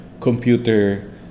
computer